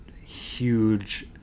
huge